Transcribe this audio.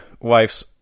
wife's